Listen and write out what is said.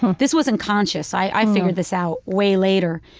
this wasn't conscious i figured this out way later.